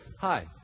hi